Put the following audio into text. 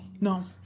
No